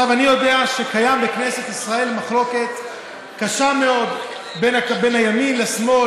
אני יודע שקיימת בכנסת ישראל מחלוקת קשה מאוד בין הימין לשמאל,